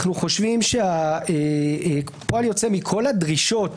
אנחנו חושבים שפועל יוצא מכל הדרישות